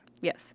yes